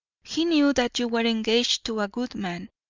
he knew that you were engaged to a good man,